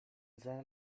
seiner